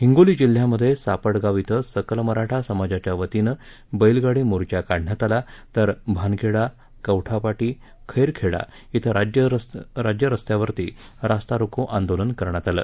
हिंगोली जिल्ह्यामध्ये सापटगाव क्षे सकल मराठा समाजाच्यावतीनं बैलगाडी मोर्चा काढण्यात आला तर भानखेडा कवठापाटी खैरखेडा ॐ राज्य रस्त्यावर रास्ता रोको आंदोलन करण्यात आलं